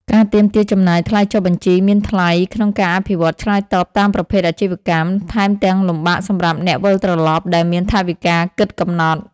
ការទាមទារចំណាយថ្លៃចុះបញ្ជីមានថ្លៃក្នុងការអភិវឌ្ឍន៍ឆ្លើយតបតាមប្រភេទអាជីវកម្ម ថែមទាំងលំបាកសម្រាប់អ្នកវិលត្រឡប់ដែលមានថវិកាគិតកំណត់។